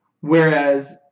Whereas